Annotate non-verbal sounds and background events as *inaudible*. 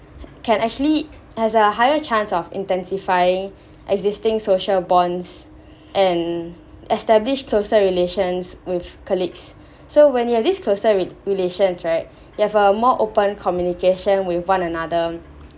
can actually has a higher chance of intensifying *breath* existing social bonds *breath* and establish closer relations with colleagues *breath* so when you're least closer with relations right *breath* you have a more open communication with one another